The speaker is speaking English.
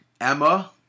Emma